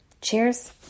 Cheers